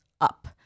up